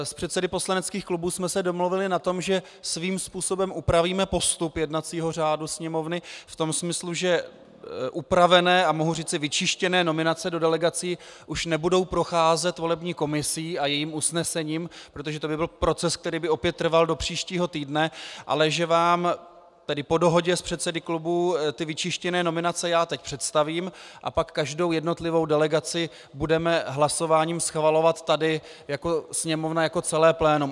S předsedy poslaneckých klubů jsme se domluvili na tom, že svým způsobem upravíme postup jednacího řádu Sněmovny v tom smyslu, že upravené a mohu říci vyčištěné nominace do delegací už nebudou procházet volební komisí a jejím usnesením, protože to by byl proces, který by opět trval do příštího týdne, ale že vám tedy po dohodě s předsedy klubů ty vyčištěné delegace teď představím a pak každou jednotlivou delegaci budeme hlasováním schvalovat tady jako Sněmovna, jako celé plénum.